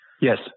Yes